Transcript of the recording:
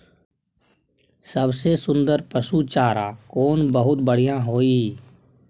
सबसे सुन्दर पसु चारा कोन बहुत बढियां होय इ?